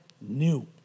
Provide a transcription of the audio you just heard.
new